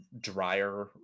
drier